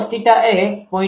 Cos𝜃 એ 0